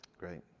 great,